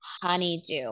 honeydew